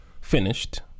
finished